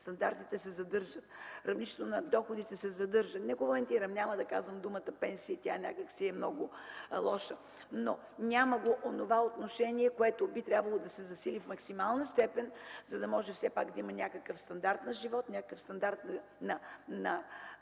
Стандартите се задържат. Равнището на доходите се задържа. Не коментирам, няма да казвам думата „пенсии”, тя някак си е много лоша. Няма го онова отношение, което би трябвало да се засили в максимална степен, за да може все пак да има някакъв стандарт на живот, стандарт на